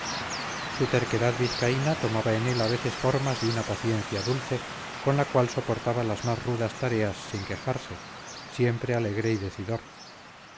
su terquedad vizcaína tomaba en él a veces formas de una paciencia dulce con la cual soportaba las más rudas tareas sin quejarse siempre alegre y decidor